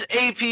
AP